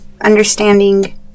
Understanding